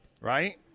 Right